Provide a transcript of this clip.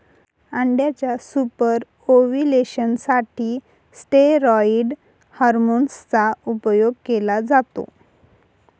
अंड्याच्या superovulation साठी steroid hormone चा उपयोग केला जातो